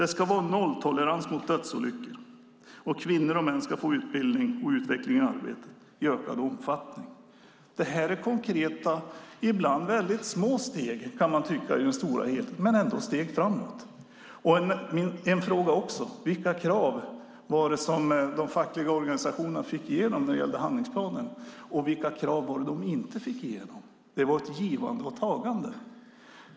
Det ska vara nolltolerans när det gäller dödsolyckor, och kvinnor och män ska i ökad omfattning få utbildning och utveckling i arbetet. Detta är konkreta och ibland mycket små steg, kan man tycka. Men det är ändå steg framåt. Jag har ytterligare en fråga: Vilka krav var det som de fackliga organisationerna fick igenom när det gällde handlingsplanen, och vilka krav var det som de inte fick igenom? Det var ett givande och tagande.